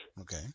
Okay